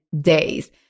days